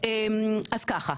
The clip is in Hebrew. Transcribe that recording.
אז ככה,